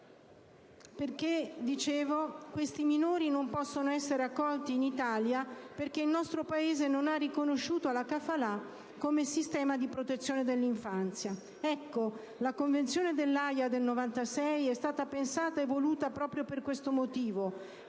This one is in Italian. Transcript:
origine, ma non possono essere accolti in Italia perché il nostro Paese non ha riconosciuto la *kafala* come sistema di protezione dell'infanzia. Ecco, la Convenzione dell'Aja del 1996 è stata pensata e voluta proprio per questo motivo,